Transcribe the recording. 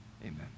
Amen